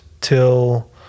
till